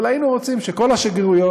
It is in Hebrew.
אבל היינו רוצים שכל המדינות,